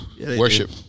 Worship